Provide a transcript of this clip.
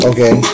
Okay